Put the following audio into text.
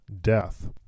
death